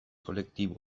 kolektibo